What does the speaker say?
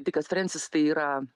dikas frensis tai yra